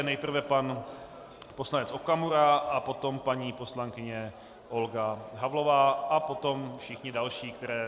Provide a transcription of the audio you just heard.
Nejprve pan poslanec Okamura a potom paní poslankyně Olga Havlová a potom všichni další, které eviduji.